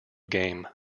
game